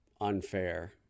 unfair